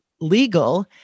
legal